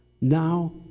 Now